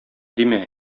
димә